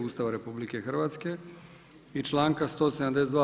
Ustava RH i članka 172.